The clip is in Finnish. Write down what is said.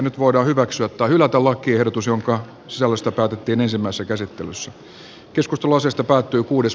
nyt voidaan hyväksyä tai hylätä lakiehdotus jonka sisällöstä päätettiin ensimmäisessä käsittelyssä